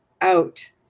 out